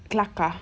kelakar